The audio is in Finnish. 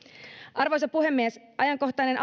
arvoisa puhemies ajankohtainen